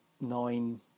nine